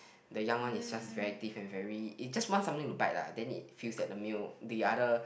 the young one is just very diff and very it just want something to bite lah then it feels that the male the other